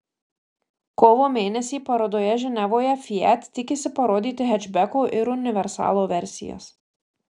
kovo mėnesį parodoje ženevoje fiat tikisi parodyti hečbeko ir universalo versijas